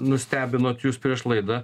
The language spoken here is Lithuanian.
nustebinot jūs prieš laidą